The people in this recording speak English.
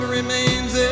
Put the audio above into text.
remains